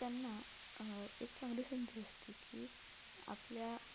त्यांना एक चांगली संधी असते की आपल्या